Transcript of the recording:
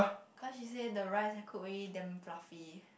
because she say the rice then cook already damn fluffy